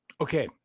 Okay